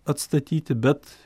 atstatyti bet